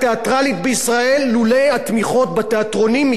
התמיכות בתיאטראות מתוך תקציב התרבות.